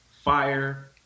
fire